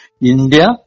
India